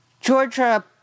Georgia